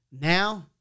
Now